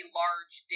large